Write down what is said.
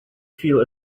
feel